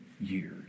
years